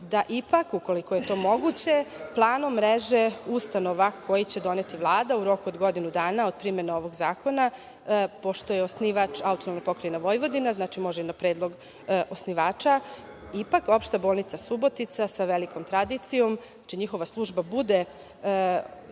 da ipak ukoliko je to moguće, planom mreže ustanova koje će doneti Vlada u roku od godinu dana od primene ovog zakona, pošto je osnivač AP Vojvodina. Znači, može i na predlog osnivača, ipak Opšta bolnica Subotica, sa velikom tradicijom, znači, njihova služba bude